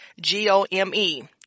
g-o-m-e